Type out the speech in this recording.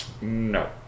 No